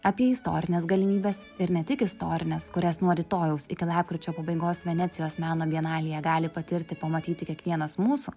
apie istorines galimybes ir ne tik istorines kurias nuo rytojaus iki lapkričio pabaigos venecijos meno bienalėje gali patirti pamatyti kiekvienas mūsų